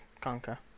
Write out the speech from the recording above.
Conquer